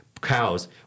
cows